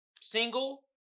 single